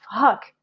fuck